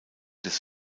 des